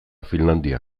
finlandia